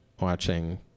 watching